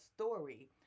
story